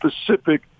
specific